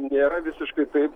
nėra visiškai taip